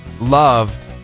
loved